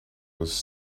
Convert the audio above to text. was